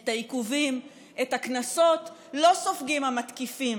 את העיכובים, את הקנסות, לא סופגים המתקיפים,